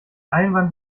einwand